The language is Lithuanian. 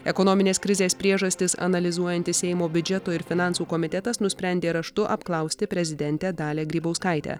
ekonominės krizės priežastis analizuojantis seimo biudžeto ir finansų komitetas nusprendė raštu apklausti prezidentę dalią grybauskaitę